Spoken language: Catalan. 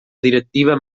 directiva